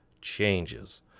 changes